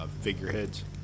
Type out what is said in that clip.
figureheads